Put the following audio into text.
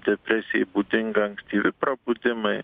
depresijai būdinga ankstyvi prabudimai